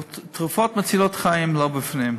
תרופות מצילות חיים לא בפנים,